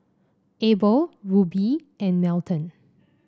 Abel Rubye and Melton